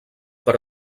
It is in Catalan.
per